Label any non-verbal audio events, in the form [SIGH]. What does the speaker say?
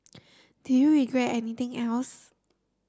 [NOISE] do you regret anything else